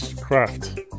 craft